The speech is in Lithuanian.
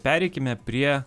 pereikime prie